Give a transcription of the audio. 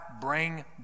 bring